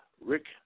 Rick